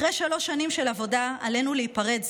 אחרי שלוש שנים של עבודה עלינו להיפרד,